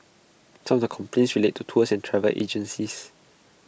some of the complaints relate to tours and travel agencies